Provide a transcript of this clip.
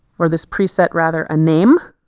for this preset rather a name.